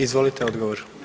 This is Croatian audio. Izvolite odgovor.